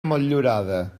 motllurada